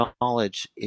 knowledge